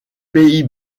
pays